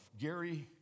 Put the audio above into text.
Gary